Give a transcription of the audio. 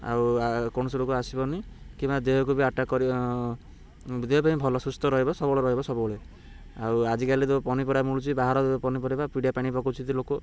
ଆଉ କୌଣସି ରୋଗ ଆସିବନି କିମ୍ବା ଦେହକୁ ବି ଆଟାକ୍ ଦେହ ପାଇଁ ଭଲ ସୁସ୍ଥ ରହିବ ସବଳ ରହିବ ସବୁବେଳେ ଆଉ ଆଜିକାଲି ଯେଉଁ ପନିପରିବା ମିଳୁଛି ବାହାର ପନିପରିବା ପିଡ଼ିଆ ପାଣି ପକଉଛନ୍ତି ଲୋକ